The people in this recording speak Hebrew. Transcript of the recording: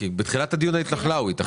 בתחילת הדיון היית נח"לאית.